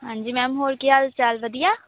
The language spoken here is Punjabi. ਹਾਂਜੀ ਮੈਮ ਹੋਰ ਕੀ ਹਾਲ ਚਾਲ ਵਧੀਆ